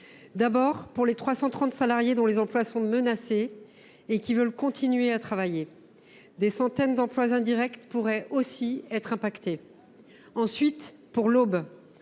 d’abord pour les 330 salariés dont les emplois sont menacés et qui veulent continuer à travailler – des centaines d’emplois indirects pourraient aussi être en danger. Ça l’est ensuite pour l’Aube,